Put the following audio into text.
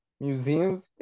Museums